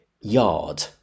yard